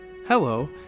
Hello